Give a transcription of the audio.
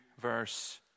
verse